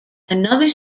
another